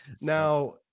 Now